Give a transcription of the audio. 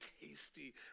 tasty